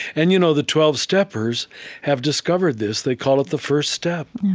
and, you know, the twelve steppers have discovered this. they call it the first step,